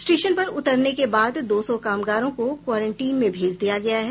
station पर उतरने के बाद दो सौ कामगारों को क्वारेंटीन में भेज दिया गया है